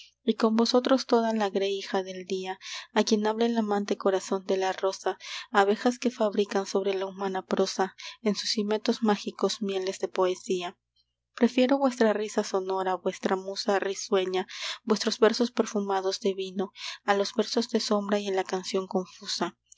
y con vosotros toda la grey hija del día a quien habla el amante corazón de la rosa abejas que fabrican sobre la humana prosa en sus himetos mágicos mieles de poesía prefiero vuestra risa sonora vuestra musa risueña vuestros versos perfumados de vino a los versos de sombra y a la canción confusa